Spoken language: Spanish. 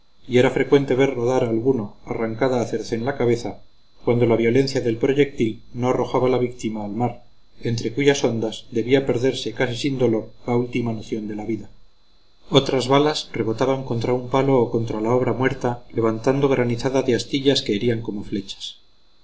y era frecuente ver rodar a alguno arrancada a cercén la cabeza cuando la violencia del proyectil no arrojaba la víctima al mar entre cuyas ondas debía perderse casi sin dolor la última noción de la vida otras balas rebotaban contra un palo o contra la obra muerta levantando granizada de astillas que herían como flechas